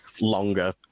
longer